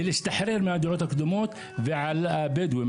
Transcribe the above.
ולהשתחרר מהדעות הקדומות על הבדואים.